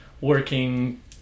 working